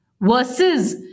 versus